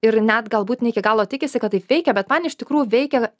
ir net galbūt ne iki galo tikisi kad taip veikia bet man iš tikrųjų veikia